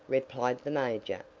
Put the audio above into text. replied the major.